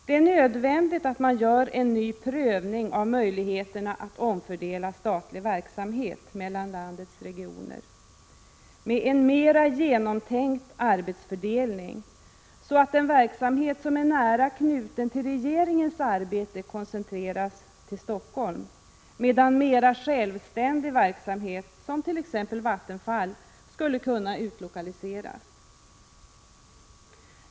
Det är nödvändigt att man gör en ny prövning av möjligheterna att omfördela statlig verksamhet mellan landets regioner med en mera genomtänkt arbetsfördelning, så att den verksamhet som är nära knuten till regeringens arbete koncentreras till Stockholm, medan mera självständig verksamhet, t.ex. Vattenfall, skulle kunna utlokaliseras.